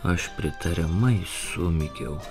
aš pritariamai sumykiau